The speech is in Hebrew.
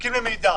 שמחכים למידע.